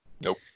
Nope